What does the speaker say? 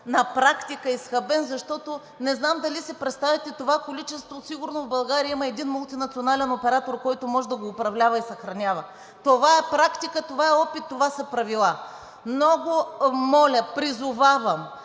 на практика изхабен. Защото не знам дали си представяте за това количество сигурно в България има един мултинационален оператор, който може да управлява и съхранява. Това е практика, това е опит, това са правила. Много моля, призовавам